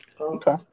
Okay